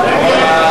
להצביע.